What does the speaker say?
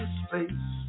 space